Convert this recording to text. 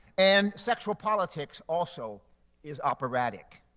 and sexual politics also is operatic.